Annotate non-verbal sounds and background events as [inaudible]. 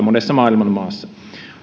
[unintelligible] monessa maailman maassa